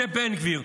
זה בן גביר.